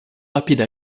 rapide